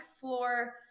floor